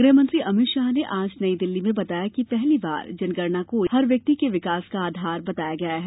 गृहमंत्री अमित शाह ने आज नई दिल्ली में बताया कि पहली बार जनगणना को हर व्यक्ति के विकास का आधार बनाया जाएगा